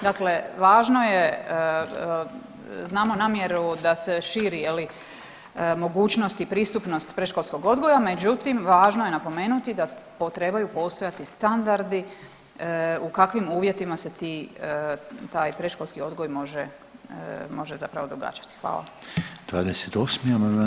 Dakle, važno je, znamo namjeru da se širi, je li mogućnost i pristupnost predškolskog odgoja, međutim važno je napomenuti da trebaju postojati standardi u kakvim uvjetima se ti, taj predškolski odgoj može, može zapravo događati.